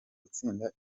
gutsinda